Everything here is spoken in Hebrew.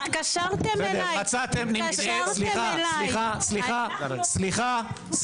התקשרתם אליי --- סליחה, סליחה.